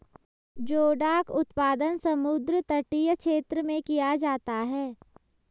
जोडाक उत्पादन समुद्र तटीय क्षेत्र में किया जाता है